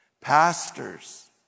pastors